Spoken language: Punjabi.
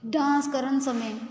ਡਾਂਸ ਕਰਨ ਸਮੇਂ